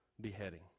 beheading